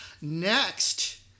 Next